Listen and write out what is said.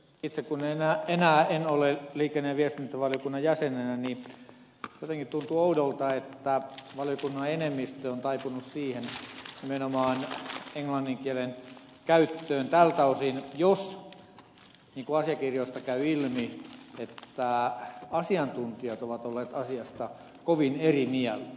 itse en enää ole liikenne ja viestintävaliokunnan jäsenenä ja jotenkin tuntuu oudolta että valiokunnan enemmistö on taipunut nimenomaan englannin kielen käyttöön tältä osin jos niin kuin asiakirjoista käy ilmi asiantuntijat ovat olleet asiasta kovin eri mieltä